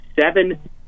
seven